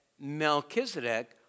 Melchizedek